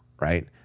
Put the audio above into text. right